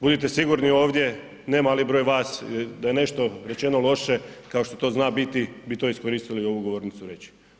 Budite sigurni ovdje, ne mali broj vas da je nešto rečeno loše kao što to zna biti bi to iskoristili ovu govornicu reći.